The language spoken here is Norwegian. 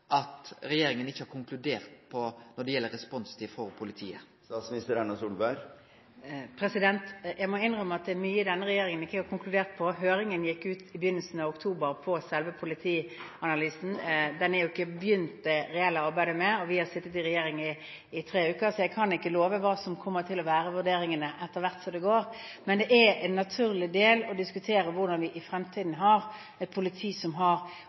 må innrømme at det er mye denne regjeringen ikke har konkludert på. Høringsfristen på selve politianalysen gikk ut i begynnelsen av oktober, og det reelle arbeidet med den er ikke begynt. Vi har sittet i regjering i tre uker, så jeg kan ikke love hva som kommer til å være vurderingene etter hvert som det går. Men det er naturlig å diskutere hvordan vi i fremtiden skal få et politi som har